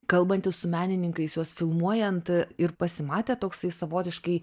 kalbantis su menininkais juos filmuojant ir pasimatė toksai savotiškai